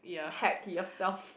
hack yourself